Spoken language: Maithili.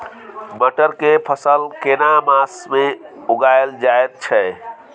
मटर के फसल केना मास में उगायल जायत छै?